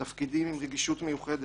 על תפקידים עם רגישות מיוחדת.